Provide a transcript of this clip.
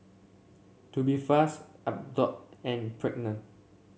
Tubifast Abbott and pregnant